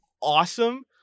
awesome